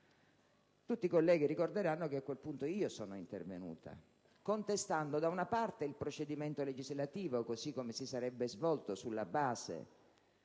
Tutti i colleghi ricorderanno che a quel punto io sono intervenuta contestando da una parte il procedimento legislativo, così come si sarebbe svolto sulla base dello